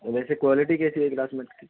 ویسے کوالیٹی کیسی ہے کلاس میٹ کی